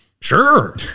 Sure